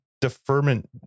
deferment